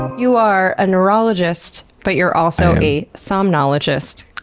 you are a neurologist, but you're also a somnologist,